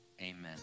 Amen